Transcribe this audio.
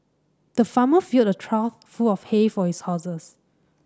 the farmer filled a trough full of hay for his horses